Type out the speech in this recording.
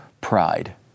pride